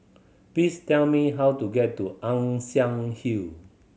please tell me how to get to Ann Siang Hill